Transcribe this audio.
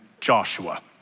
Joshua